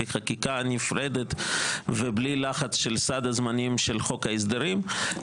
כחקיקה נפרדת ובלי לחץ של סד הזמנים של חוק ההסדרים.